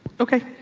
okay.